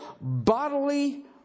bodily